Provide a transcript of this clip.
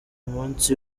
munsi